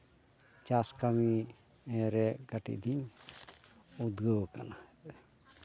ᱪᱟᱥ ᱠᱟᱹᱢᱤᱨᱮ ᱠᱟᱹᱴᱤᱡ ᱞᱤᱧ ᱩᱫᱽᱜᱟᱹᱣ ᱠᱟᱱᱟ